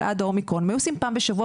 אבל עד האומיקרון הם היו עושים פעם בשבוע,